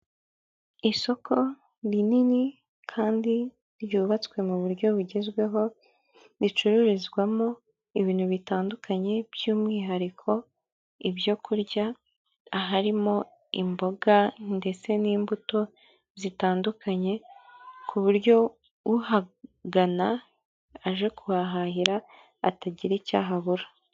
Isoko rinini kandi ryubatswe mu buryo bugezweho, ricururizwamo ibintu bitandukanye by'umwihariko ibyokurya, aharimo imboga ndetse n'imbuto zitandukanye ku buryo uhagana aje kuhahahira atagira icyo aha abura.